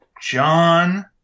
John